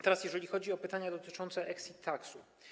Teraz jeżeli chodzi o pytania dotyczące exit tax.